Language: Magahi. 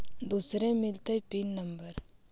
दुसरे मिलतै पिन नम्बर?